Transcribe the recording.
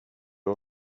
det